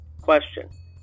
Question